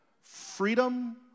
freedom